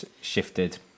shifted